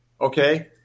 Okay